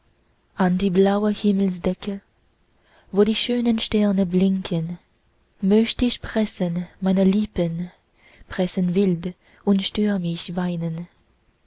an die blaue himmelsdecke wo die schönen sterne blinken möcht ich pressen meine lippen pressen wild und stürmisch weinen